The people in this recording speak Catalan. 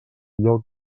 lloc